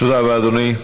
תודה רבה, אדוני.